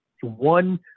One